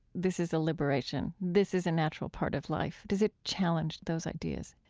this is a liberation. this is a natural part of life? does it challenge those ideas?